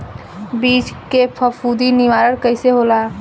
बीज के फफूंदी निवारण कईसे होला?